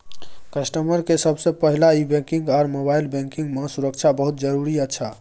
customer के सबसे पहला ई बैंकिंग आर मोबाइल बैंकिंग मां सुरक्षा बहुत जरूरी अच्छा